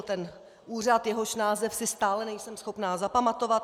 Vznikl ten úřad, jehož název si stále nejsem schopna zapamatovat.